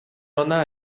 ona